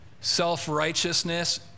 Self-righteousness